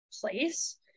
place